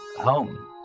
home